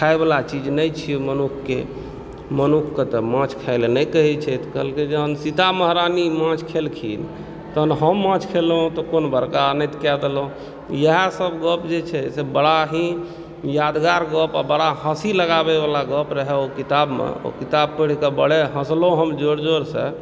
खाइवला चीज नहि छियै मनुखके मनुखके तऽ माछ खाइ ले नहि कहैत छै तऽ कहलकै जहन सीता महारानी माछ खेलखिन तहन हम माछ खेलहुँ तऽ कोन बड़का अनैत कऽ देलहुँ इएहसभ गप्प जे छै से बड़ा ही यादगार गप्प आओर बड़ा हँसी लगाबैवला गप्प रहए ओ किताबमे ओ किताब पढ़ि कऽ बड़े हँसलहुँ हम जोर जोरसँ